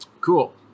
Cool